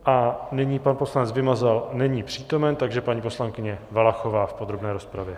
A nyní pan poslanec Vymazal není přítomen, takže paní poslankyně Valachová v podrobné rozpravě.